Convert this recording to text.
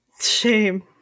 Shame